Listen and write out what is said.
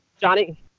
Johnny